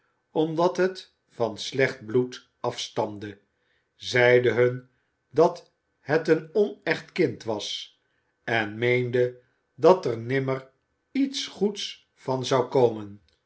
omdat het van slecht bloed afstamde zeide hun dat het een onecht kind was en meende dat er nimmer iets goeds van zou komen